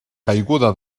caiguda